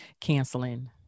canceling